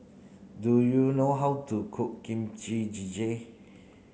do you know how to cook Kimchi Jjigae